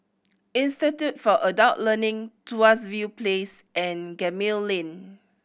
Institute for Adult Learning Tuas View Place and Gemmill Lane